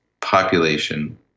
population